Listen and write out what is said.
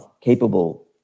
capable